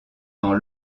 dans